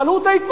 אבל הוא טייקון,